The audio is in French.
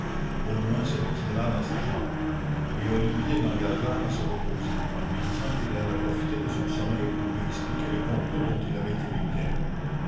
baudouin se retira dans sa chambre et olivier l'engagea à se reposer en lui disant qu'il allait profiter de son sommeil pour lui expliquer le complot dont il avait été victime